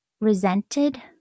resented